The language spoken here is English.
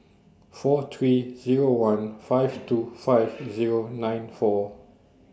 four three Zero one five two five Zero nine four